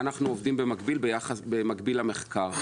ואנחנו עובדים במקביל למחקר.